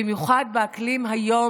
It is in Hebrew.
במיוחד באקלים היום,